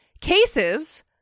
cases